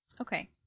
Okay